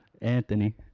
Anthony